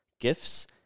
Gifts